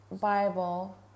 Bible